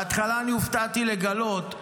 בהתחלה הופתעתי לגלות,